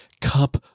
cup